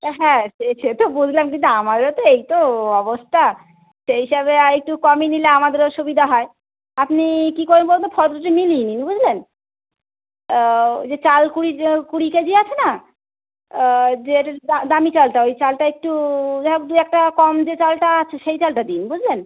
তা হ্যাঁ সে সে তো বুঝলাম কিন্তু আমাদেরও তো এই তো অবস্থা সেই হিসাবে আরেকটু কমিয়ে নিলে আমাদেরও সুবিধা হয় আপনি কী করবেন বলুন তো ফর্দটি নি নিয়ে নিন বুঝলেন ওই যে চাল কুড়ি যো কুড়ি কেজি আছে না যে এটু দামি চালটা ওই চালটা একটু যা হোক দু এক টাকা কম যে চালটা আছে সেই চালটা দিন বুঝলেন